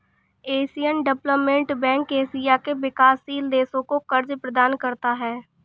Asian Development Bank Asia के विकासशील देशों को कर्ज प्रदान करता है